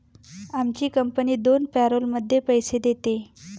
आमची कंपनी दोन पॅरोलमध्ये पैसे देते